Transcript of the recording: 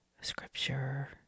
scripture